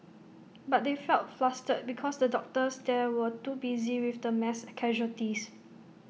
but they felt flustered because the doctors there were too busy with the mass casualties